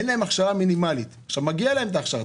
אין להם הכשרה מינימלית ומגיעה להם הכשרה,